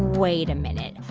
wait a minute.